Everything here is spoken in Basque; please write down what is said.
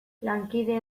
lankide